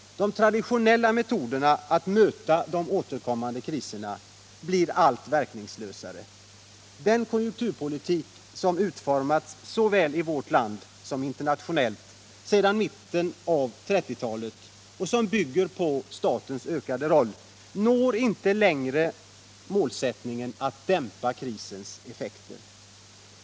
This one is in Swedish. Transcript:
De traditionella metoderna att möta de återkommande kriserna blir allt verkningslösare. Den konjunkturpolitik som utformats såväl i vårt land som i andra länder sedan 1930-talet och som bygger på statens ökade roll klarar inte längre målet att dämpa krisens effekter.